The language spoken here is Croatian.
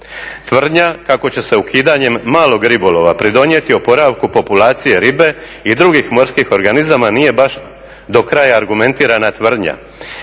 Tvrdnja kako će se ukidanjem malog ribolova pridonijeti oporavku populacije ribe i drugih morskih organizama nije baš do kraja argumentirana tvrdnja.